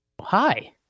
hi